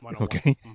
Okay